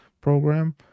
program